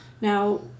Now